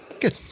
good